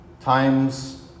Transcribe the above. times